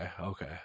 okay